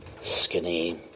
skinny